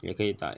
也可以 type